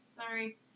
Sorry